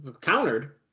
Countered